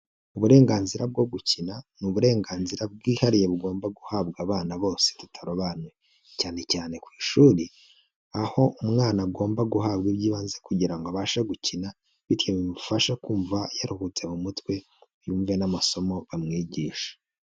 Uburenganzira bwo gukina ni uburenganzira bwihariye bugomba guhabwa abana bose tutarobanuye cyane cyane ku ishuri, aho umwana agomba guhabwa iby'ibanze kugira ngo abashe gukina bityo bimufasha kumva yaruhutse mu mutwe yumve n'amasomo bamwigisha.